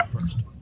first